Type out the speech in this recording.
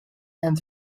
and